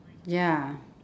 ya